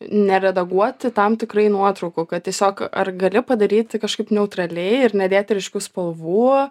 neredaguoti tam tikrai nuotraukų kad tiesiog ar gali padaryti kažkaip neutraliai ir nedėti ryškių spalvų